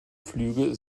flüge